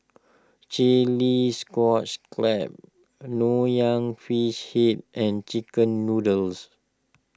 Chilli Clams Nonya Fish Head and Chicken Noodles